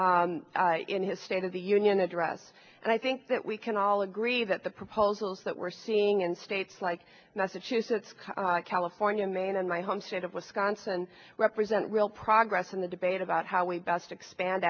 innovation in his state of the union address and i think that we can all agree that the proposals that we're seeing in states like massachusetts california maine and my home state of wisconsin represent real progress in the debate about how we best expand